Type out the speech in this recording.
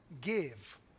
give